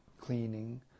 cleaning